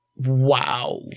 Wow